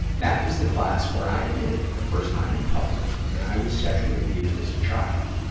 that was the class where i admitted, for the first time in public, that i was sexually abused as a child.